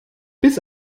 bis